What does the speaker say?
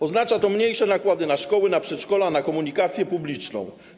Oznacza to mniejsze nakłady na szkoły, na przedszkola, na komunikację publiczną.